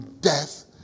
death